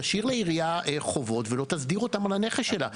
תשאיר לעירייה חובות ולא תסדר אותם על הנכס שלה.